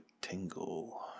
tingle